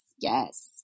Yes